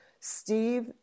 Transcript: Steve